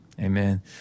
Amen